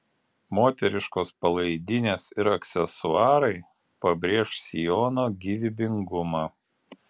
moteriškos palaidinės ir aksesuarai pabrėš sijono gyvybingumą